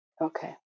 Okay